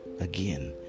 again